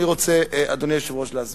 ואני רוצה להסביר.